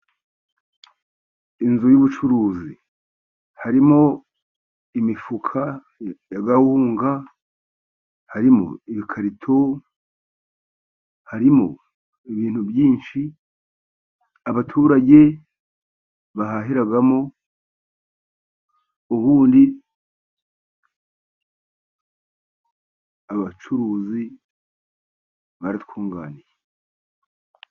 Inzu y'ubucuruzi, harimo imifuka ya kawunga, harimo ibikarito, harimo ibintu byinshi abaturage bahahiramo, ubundi abacuruzi baratwunganiye.